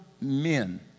men